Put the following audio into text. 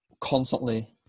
constantly